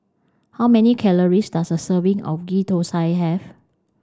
how many calories does a serving of Ghee Thosai have